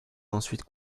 ensuite